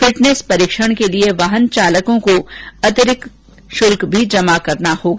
fitness परीक्षण के लिए वाहन मालिकों को अतिरिक्त शुल्क भी जमा करना होगा